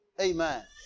Amen